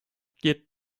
geared